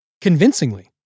Convincingly